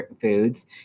foods